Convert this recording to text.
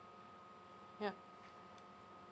ya